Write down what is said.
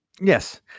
Yes